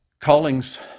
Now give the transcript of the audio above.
Callings